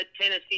Tennessee